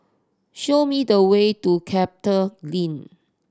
show me the way to CapitaGreen